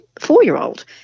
four-year-old